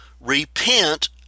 repent